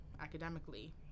academically